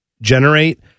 generate